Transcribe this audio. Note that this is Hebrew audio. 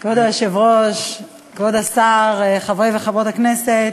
כבוד היושב-ראש, כבוד השר, חברי וחברות הכנסת,